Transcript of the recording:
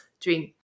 dream